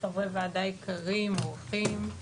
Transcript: חברי ועדה יקרים, אורחים.